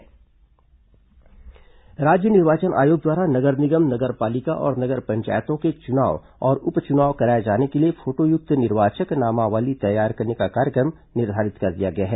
नगरीय निकाय निर्वाचन तैयारी राज्य निर्वाचन आयोग द्वारा नगर निगम नगर पालिका और नगर पंचायतों के चुनाव और उपचुनाव कराए जाने के लिए फोटोयुक्त निर्वाचक नामावली तैयार करने का कार्यक्रम निर्धारित कर दिया गया है